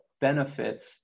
benefits